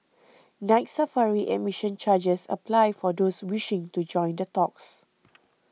Night Safari admission charges apply for those wishing to join the talks